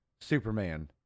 Superman